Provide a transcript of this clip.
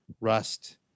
rust